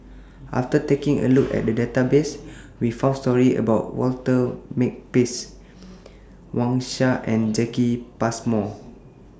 after taking A Look At The Database We found stories about Walter Makepeace Wang Sha and Jacki Passmore